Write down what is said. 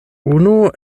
unu